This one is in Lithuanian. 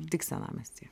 tik senamiestyje